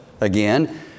again